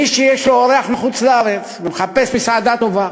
מי שיש לו אורח מחוץ-לארץ והוא מחפש מסעדה טובה,